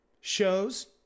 shows